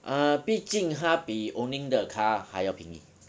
uh 毕竟它比 owning the car 还要便宜